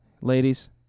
ladies